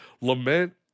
Lament